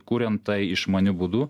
kuriant tai išmaniu būdu